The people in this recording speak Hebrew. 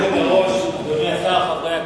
גברתי היושבת-ראש, אדוני השר, חברי הכנסת,